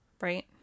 Right